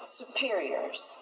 superiors